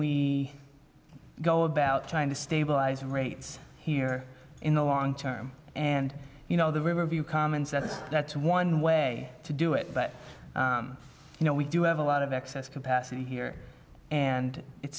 we go about trying to stabilize rates here in the long term and you know the riverview common sense that's one way to do it but you know we do have a lot of excess capacity here and it's